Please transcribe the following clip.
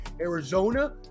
Arizona